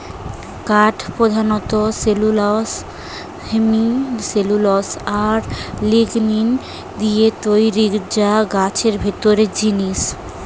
কাঠ পোধানত cellulose, hemicellulose আর লিগনিন দিয়ে তৈরি যা গাছের ভিতরের জিনিস